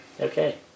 Okay